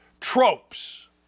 tropes